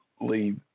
leave